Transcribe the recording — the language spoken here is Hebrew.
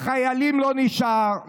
לחיילים לא נשאר,